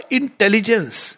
intelligence